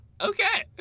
Okay